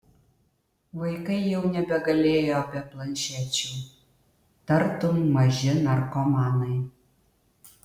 vaikai jau nebegalėjo be planšečių tartum maži narkomanai